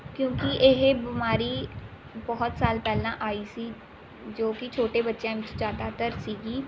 ਕਿਉਂਕਿ ਇਹ ਬਿਮਾਰੀ ਬਹੁਤ ਸਾਲ ਪਹਿਲਾਂ ਆਈ ਸੀ ਜੋ ਕਿ ਛੋਟੇ ਬੱਚਿਆਂ ਵਿੱਚ ਜ਼ਿਆਦਾਤਰ ਸੀ